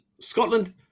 Scotland